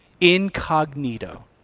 incognito